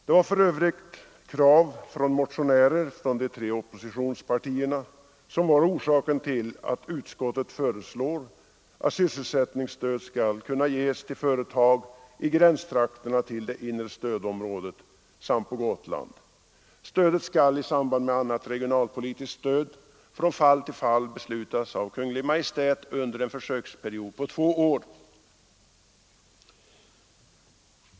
Det är för övrigt krav av motionärer från de tre oppositionspartierna som är orsaken till att utskottet föreslår att sysselsättningsstöd skall kunna ges till företag i gränstrakterna till det inre stödområdet samt på Gotland. Stödet skall i samband med annat regionalpolitiskt stöd från fall till fall beslutas av Kungl. Maj:t under en försöksperiod på två år.